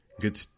Good